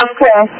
Okay